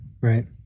right